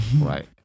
Right